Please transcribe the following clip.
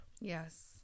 Yes